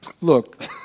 look